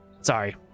sorry